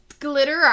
glitter